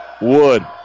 Wood